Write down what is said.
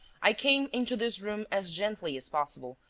i came into this room as gently as possible,